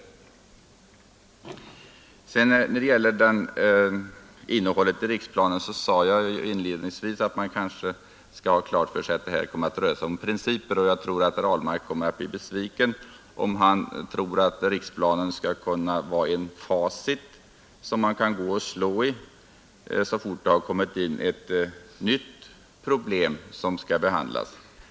När det gäller innehållet i riksplanen sade jag inledningsvis att man kanske skall ha klart för sig att det här kommer att röra sig om principer. Jag fruktar att herr Ahlmark kommer att bli besviken, om han tror att riksplanen skall vara ett facit som det går att slå i så fort ett nytt problem skall behandlas.